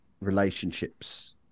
relationships